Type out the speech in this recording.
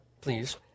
please